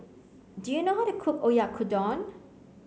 do you know how to cook Oyakodon